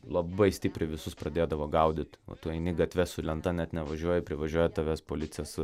labai stipriai visus pradėdavo gaudyt o tu eini gatve su lenta net nevažiuoji privažiuoja tavęs policijos